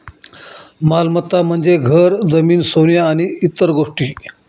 मालमत्ता म्हणजे घर, जमीन, सोने आणि इतर गोष्टी